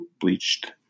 Bleached